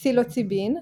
פסילוציבין,